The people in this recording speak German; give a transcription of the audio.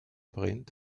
brennt